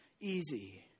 easy